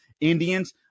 Indians